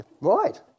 Right